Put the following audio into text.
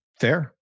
Fair